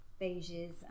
beiges